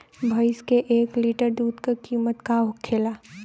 भैंस के एक लीटर दूध का कीमत का होखेला?